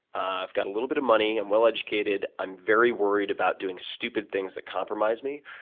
i've got a little bit of money. i'm well educated. i'm very worried about doing stupid things that compromise me.